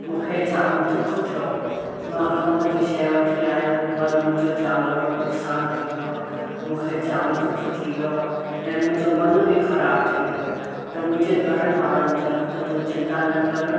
मूंखे जाम दुख थियो मां कमु जी शइ वठी आयमि पर मुंहिंजो जाम वॾो नुक़सान थी वियो मूंखे जाम दुख थी वियो ऐं मुंहिंजो मन बि ख़राब थी वियो त मुंहिंजे घरनि वारानि चयो त तूं चिंता न कर